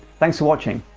thanks for watching!